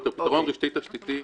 פתרון רשתי תשתיתי.